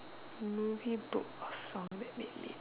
movie book of song red made me